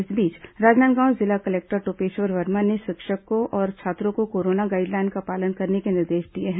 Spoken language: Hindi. इस बीच राजनांदगांव जिला कलेक्टर टोपेश्वर वर्मा ने शिक्षक और छात्रों को कोरोना गाइडलाइन का पालन करने के निर्देश दिए हैं